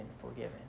forgiven